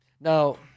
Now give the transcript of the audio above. Now